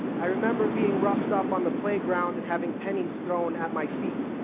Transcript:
i remember being roughed up on the playground and having pennies thrown at my feet.